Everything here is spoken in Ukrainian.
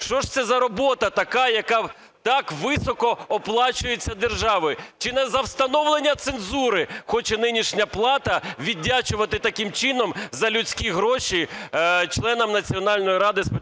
Що ж це за робота така, яка так високо оплачується державою? Чи не за встановлення цензури хоче нинішня плата віддячувати таким чином за людські гроші членам Національної ради з питань